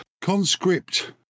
Conscript